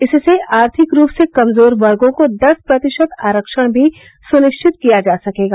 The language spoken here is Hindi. इससे आर्थिक रूप से कमजोर वर्गों को दस प्रतिशत आरक्षण भी सुनिश्चित किया जा सकेगा